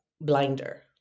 blinder